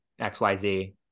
xyz